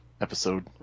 episode